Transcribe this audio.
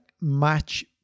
match